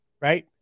right